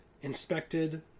inspected